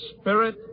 spirit